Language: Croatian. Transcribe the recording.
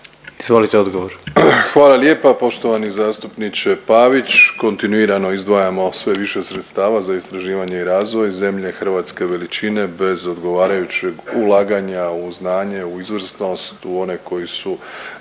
Hvala lijepa poštovani zastupniče Pavić. Kontinuirano izdvajamo sve više sredstava za istraživanje i razvoj zemlje hrvatske veličine bez odgovarajućeg ulaganja u znanje, u izvrsnost, u one koji su